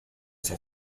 esa